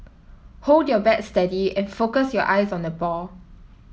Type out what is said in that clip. hold your bat steady and focus your eyes on the ball